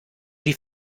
die